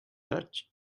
yacht